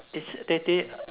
is they did